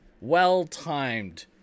well-timed